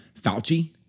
Fauci